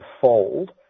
fold